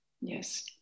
Yes